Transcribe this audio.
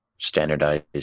standardized